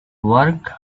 work